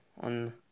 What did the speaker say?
On